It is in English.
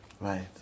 Right